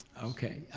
okay.